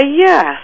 yes